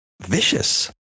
vicious